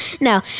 No